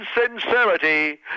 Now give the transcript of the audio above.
insincerity